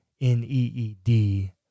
N-E-E-D